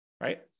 right